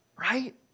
right